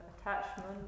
attachment